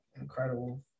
incredible